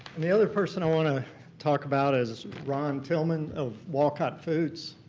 the other person i want to talk about is is ron tilman of wolcott foods.